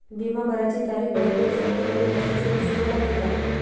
बिमा भराची तारीख भरली असनं त मले जास्तचे पैसे द्या लागन का?